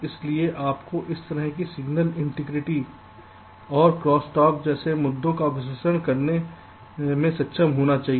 इसलिए आपको इस तरह के सिग्नल इंटीग्रिटी औरक्रोसस्टॉक मुद्दों का विश्लेषण करने में सक्षम होना चाहिए